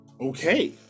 Okay